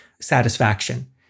satisfaction